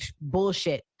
bullshit